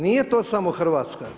Nije to samo Hrvatska.